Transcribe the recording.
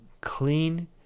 clean